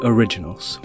Originals